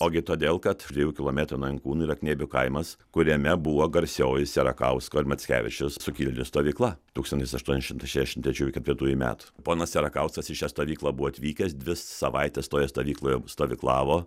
ogi todėl kad už dviejų kilometrų nuo inkūnų yra kniebių kaimas kuriame buvo garsioji sierakausko ir mackevičiaus sukilėlių stovykla tūkstantis aštuoni šimtai šešim trečiųjų ketvirtųjų metų ponas sierakauskas į šią stovyklą buvo atvykęs dvi savaites toje stovykloje stovyklavo